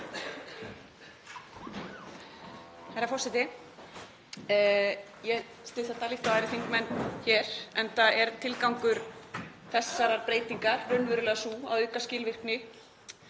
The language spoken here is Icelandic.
enda er tilgangur þessarar breytingar raunverulega sá að auka skilvirkni